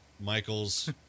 Michael's